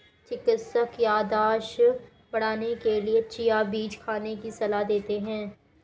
चिकित्सक याददाश्त बढ़ाने के लिए चिया बीज खाने की सलाह देते हैं